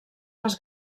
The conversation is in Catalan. les